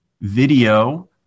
video